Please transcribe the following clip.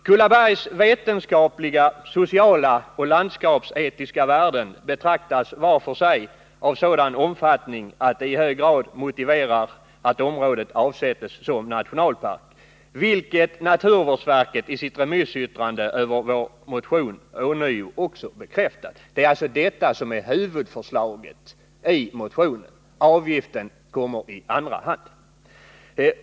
Kullabergs vetenskapliga, sociala och landskapsetiska värden anses var för sig vara av en sådan omfattning att de i hög grad motiverar att området avsätts som nationalpark, vilket naturvårdsverket i sitt remissyttrande över vår motion ånyo bekräftat. Det är alltså detta som är huvudförslaget i motionen; avgiften kommer i andra hand.